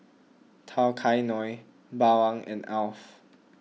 Tao Kae Noi Bawang and Alf